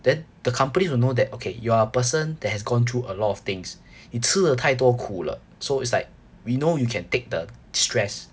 then the companies will know that okay you are a person that has gone through a lot of things 你吃了太多苦了 so it's like we know you can take the stress